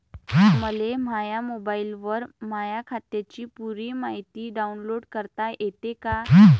मले माह्या मोबाईलवर माह्या खात्याची पुरी मायती डाऊनलोड करता येते का?